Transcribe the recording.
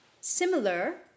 similar